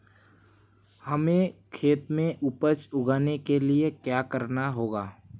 हमें खेत में उपज उगाने के लिये क्या करना होगा?